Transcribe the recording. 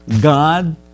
God